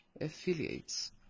affiliates